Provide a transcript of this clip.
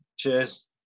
Cheers